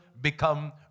become